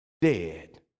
dead